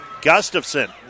Gustafson